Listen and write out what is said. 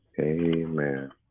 Amen